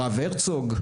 הרב הרצוג,